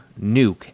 nuke